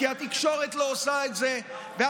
כי התקשורת לא עושה את זה, אנחנו אומרים את זה.